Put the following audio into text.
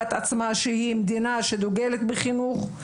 את עצמה שהיא מדינה שדוגלת בחינוך,